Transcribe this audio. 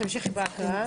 תמשיכי בהקראה.